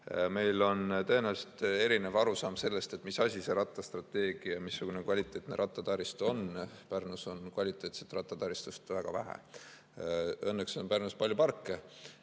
Meil on tõenäoliselt erinev arusaam sellest, mis asi see rattastrateegia on, missugune kvaliteetne rattataristu on. Pärnus on kvaliteetset rattataristut väga vähe. Õnneks on Pärnus palju parke